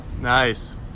Nice